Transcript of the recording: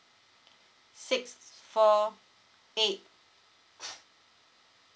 six four eight